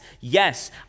yes